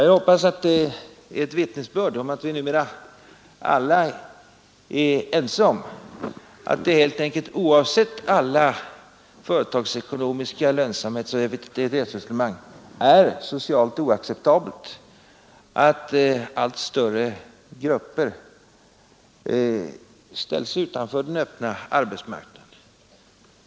Jag hoppas att det är ett vittnesbörd om att vi numera alla är ense om att det helt enkelt, oavsett alla företagsekonomiska lönsamhetsoch effektivitetsresonemang, är socialt oacceptabelt att allt större grupper ställs utanför den öppna arbetsmarknaden.